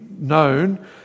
known